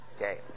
Okay